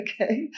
okay